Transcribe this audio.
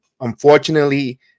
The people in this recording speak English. unfortunately